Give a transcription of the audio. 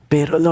Pero